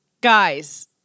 Guys